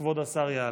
כבוד השר יעלה.